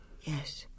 Yes